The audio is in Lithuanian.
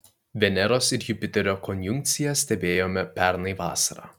veneros ir jupiterio konjunkciją stebėjome pernai vasarą